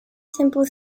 simple